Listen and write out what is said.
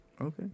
Okay